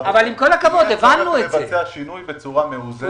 הזה צריך יהיה לבצע שינוי בצורה מאוזנת,